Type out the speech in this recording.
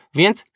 więc